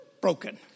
broken